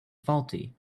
faulty